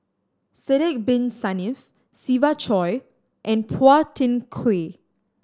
Sidek Bin Saniff Siva Choy and Phua Thin Kiay